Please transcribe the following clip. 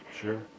Sure